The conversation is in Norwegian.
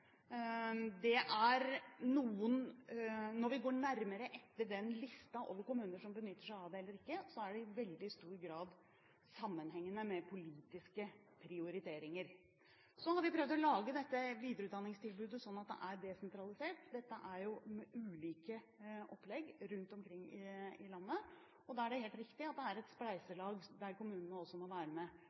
Når vi ser nærmere på listen over kommuner som benytter seg av det eller ikke, ser vi at dette i veldig stor grad har sammenheng med politiske prioriteringer. Vi har prøvd å lage dette videreutdanningstilbudet sånn at det er desentralisert. Det er ulike opplegg rundt omkring i landet, og da er det helt riktig at det er et spleiselag, der kommunene også må være med